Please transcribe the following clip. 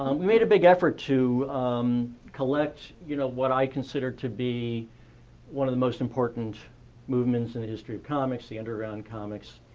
um we made a big effort to collect, you know, what i consider to be one of the most important movements in the history of comics, the underground comics.